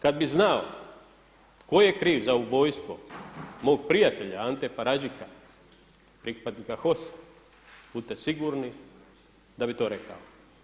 Kada bi znao tko je kriv za ubojstvo mog prijatelja Ante Paradžika pripadnika HOS-a budite sigurni da bi to rekao.